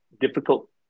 difficult